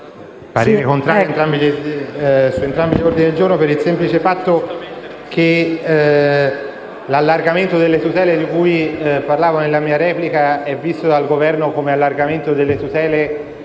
contrario su entrambi gli ordini del giorno, per il semplice fatto che l'allargamento delle tutele di cui ho parlato nella mia replica è visto dal Governo come avente ad oggetto tutele